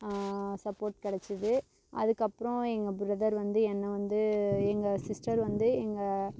support கிடச்சது அதுக்கப்புறம் எங்கள் பிரதர் வந்து என்ன வந்து எங்கள் சிஸ்டர் வந்து எங்கள்